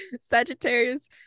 Sagittarius